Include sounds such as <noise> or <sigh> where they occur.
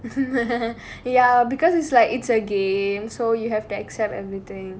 <laughs> ya because it's like it's a game so you have to accept everything